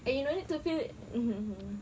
eh you no need to feel mm mm